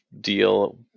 deal